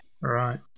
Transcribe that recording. Right